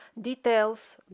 details